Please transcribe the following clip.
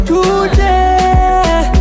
Today